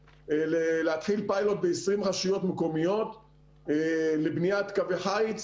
להתחיל פיילוט ב-20 רשויות מקומיות לבניית קווי חיץ,